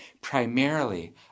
primarily